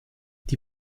die